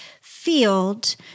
field